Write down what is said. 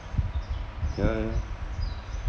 ya ya